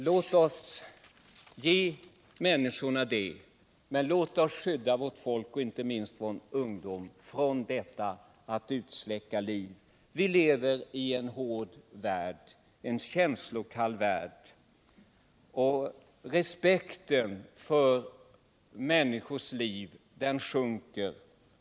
Låt oss ge människorna det, men låt oss skydda vårt folk, och inte minst vår ungdom, från detta att utsläcka liv. Vi lever i en hård och känslokall värld, och respekten för människors liv sjunker.